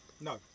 no